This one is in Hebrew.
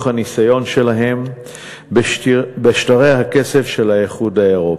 הניסיון שלהם בשטרי הכסף של האיחוד האירופי,